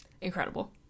Incredible